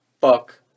fuck